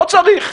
לא צריך,